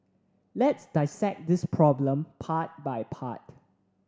let's dissect this problem part by part